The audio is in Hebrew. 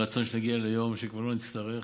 יהי רצון שנגיע ליום שכבר לא נצטרך,